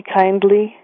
kindly